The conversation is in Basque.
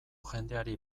jendeari